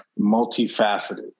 multifaceted